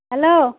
hello